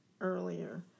earlier